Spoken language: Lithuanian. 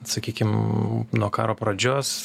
sakykim nuo karo pradžios